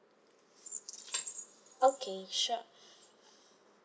okay sure